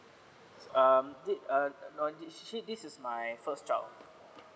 um did uh no this she this is my first job